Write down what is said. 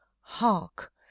Hark